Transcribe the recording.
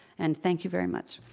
and thank you very much.